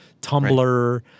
Tumblr